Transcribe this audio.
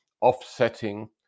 offsetting